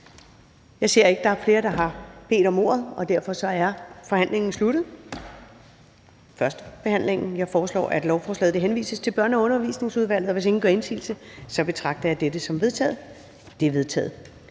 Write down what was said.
Jeg ser ikke, at der er flere, der har bedt om ordet, og derfor er førstebehandlingen sluttet. Jeg foreslår, at lovforslaget henvises til Børne- og Undervisningsudvalget, og hvis ingen gør indsigelse, betragter jeg dette som vedtaget. Det er vedtaget.